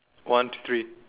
one two three